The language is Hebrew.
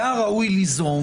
היה ראוי ליזום,